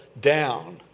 down